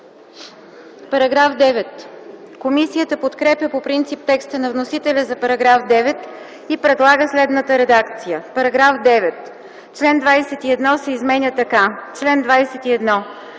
Параграф 9. Комисията подкрепя по принцип текста на вносителя за § 9 и предлага следната редакция: „§ 9. Член 21 се изменя така: „Чл. 21.